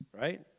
right